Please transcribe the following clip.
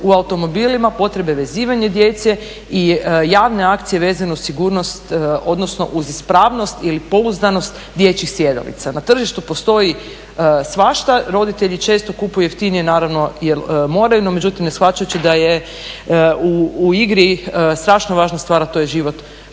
u automobilima, potrebe vezivanja djece i javne akcije vezane uz sigurnost odnosno uz ispravnost ili pouzdanost dječjih sjedalica. Na tržištu postoji svašta, roditelji često kupuju jeftinije, naravno jer moraju, međutim ne shvaćajući da je u igri strašno važna stvar a to je život njihove